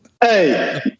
hey